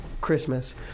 Christmas